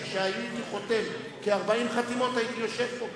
כשהייתי חותם ב-40 חתימות גם הייתי יושב פה.